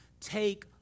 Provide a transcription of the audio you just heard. take